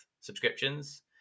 subscriptions